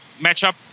matchup